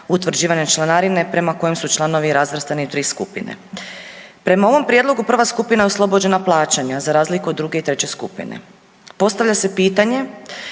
utvrđivanja članarine prema kojem su članovi razvrstani u 3 skupine. Prema ovom prijedlogu prva skupina je oslobođena plaćanja za razliku od druge i treće skupine. Postavlja se pitanje